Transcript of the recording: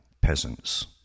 peasants